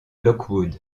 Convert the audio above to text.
lockwood